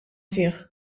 fih